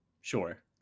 Sure